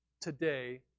today